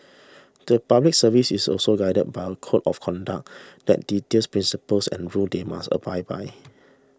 the Public Service is also guided by a code of conduct that details principles and rules they must abide by